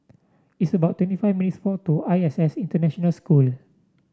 it's about twenty five minutes' walk to I S S International School